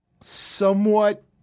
somewhat